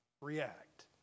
react